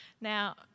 Now